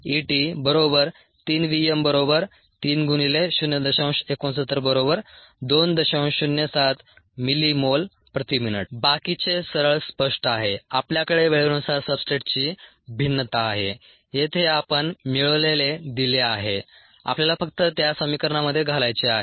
07mMmin 1 बाकीचे सरळ स्पष्ट आहे आपल्याकडे वेळेनुसार सब्सट्रेटची भिन्नता आहे येथे आपण मिळवलेले दिले आहे आपल्याला फक्त त्या समिकरणामध्ये घालायचे आहे